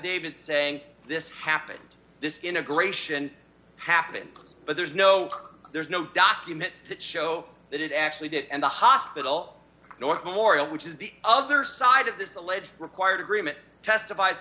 davit saying this happened this integration happened but there's no there's no document that show that it actually did and the hospital north korea which is the other side of this alleged required agreement testif